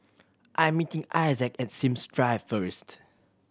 I'm meeting Isaac at Sims Drive first